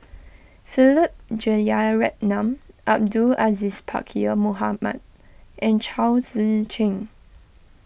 Philip Jeyaretnam Abdul Aziz Pakkeer Mohamed and Chao Tzee Cheng